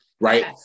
Right